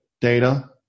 data